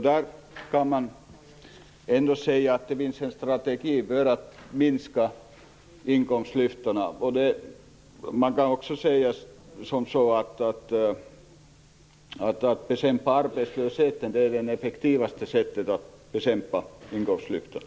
Man kan säga att det finns en strategi för att minska inkomstklyftorna där. Man kan också säga att det effektivaste sättet att bekämpa inkomstklyftorna är att bekämpa arbetslösheten.